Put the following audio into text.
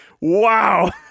Wow